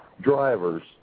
drivers